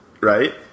right